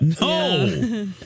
No